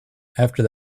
after